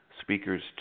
speakers